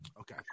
Okay